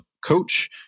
coach